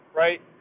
right